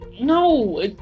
No